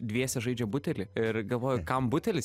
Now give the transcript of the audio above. dviese žaidžia butelį ir galvoju kam butelis